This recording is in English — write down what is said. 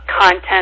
content